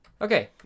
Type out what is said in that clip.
Okay